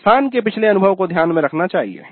संस्थान के पिछले अनुभव को ध्यान में रखा जाना चाहिए